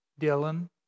Dylan